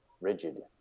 rigid